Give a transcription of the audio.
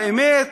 האמת,